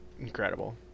Incredible